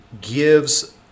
gives